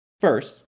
First